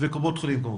וקופות החולים.